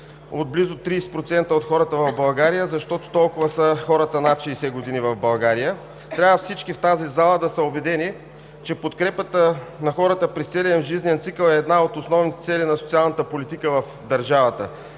от близо 30% от хората в България, защото толкова са хората над 60 години в България. Трябва всички в тази зала да са убедени, че подкрепата на хората през целия им жизнен цикъл е една от основните цели на социалната политика в държавата.